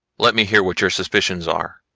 let me hear what your suspicions are,